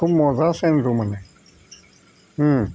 খুব মজা চেণ্টটো মানে